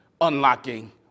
unlocking